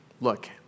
look